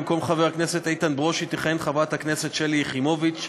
במקום חבר הכנסת איתן ברושי תכהן חברת הכנסת שלי יחימוביץ.